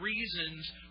reasons